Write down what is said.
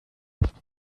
gesetzt